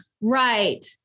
right